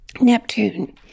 Neptune